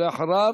ואחריו,